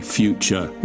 future